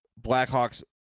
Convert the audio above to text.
Blackhawks